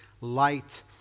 light